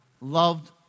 loved